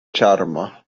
ĉarma